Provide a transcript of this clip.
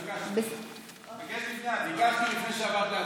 ביקשתי לפני שעברת להצבעה.